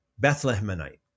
Bethlehemite